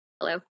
Hello